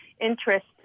interest